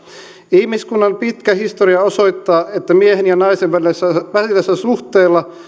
ihmiskunnan pitkä historia osoittaa että miehen ja naisen välisellä suhteella